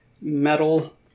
metal